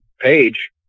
page